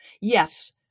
yes